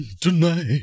tonight